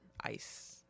Ice